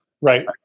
Right